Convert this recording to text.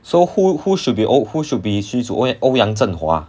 so who who should be 欧 who should be 虚祖欧阳震华